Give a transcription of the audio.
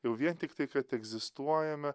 jau vien tiktai kad egzistuojame